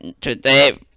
today